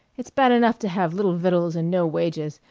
its bad enough to have little victuals and no wages,